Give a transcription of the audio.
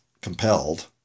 compelled